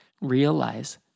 Realize